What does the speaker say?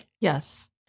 Yes